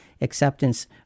acceptance